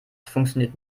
funktioniert